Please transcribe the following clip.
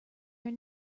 your